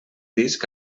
disc